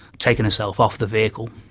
taken herself off the vehicle.